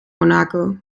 monaco